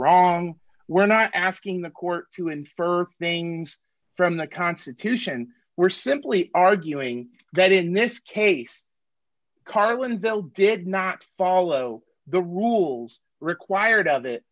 wrong we're not asking the court to infer things from the constitution we're simply arguing that in this case carl and bill did not follow the rules required of it